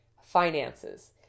finances